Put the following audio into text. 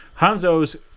Hanzo's